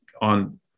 on